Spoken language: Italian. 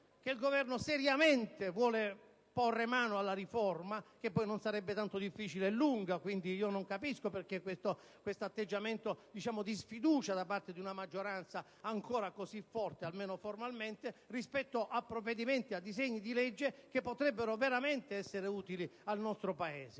il Governo seriamente vuole porre mano alla riforma, che poi non sarebbe tanto difficile e lunga. Quindi, non capisco perché questo atteggiamento di sfiducia da parte di una maggioranza ancora così forte, almeno formalmente, rispetto a disegni di legge che potrebbero veramente essere utili al Paese.